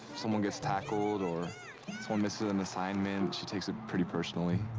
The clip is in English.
someone gets tackled, or someone misses an assignment, she takes it pretty personally.